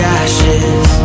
ashes